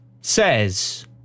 says